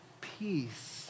peace